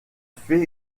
fait